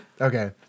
Okay